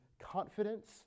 confidence